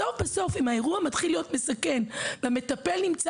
בסוף אם האירוע מתחיל להיות מסכן והמטפל נמצא